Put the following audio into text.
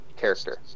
character